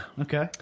Okay